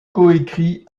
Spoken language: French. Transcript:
coécrit